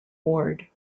ward